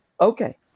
okay